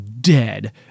dead